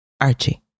Archie